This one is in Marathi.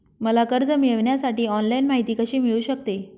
मला कर्ज मिळविण्यासाठी ऑनलाइन माहिती कशी मिळू शकते?